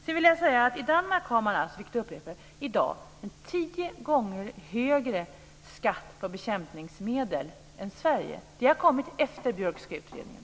Jag vill också upprepa att i Danmark har man i dag en tio gånger högre skatt på bekämpningsmedel än Sverige. Det har kommit efter den Björkska utredningen.